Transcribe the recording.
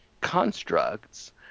constructs